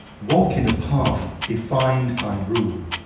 walk in the path defined by rule,